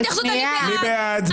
מי נגד?